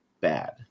bad